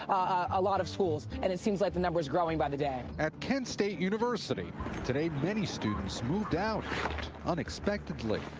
a lot of schools. and it seems like, the number is growing by the day. at kent state university today many students moved out unexpectedly.